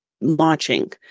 launching